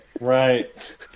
Right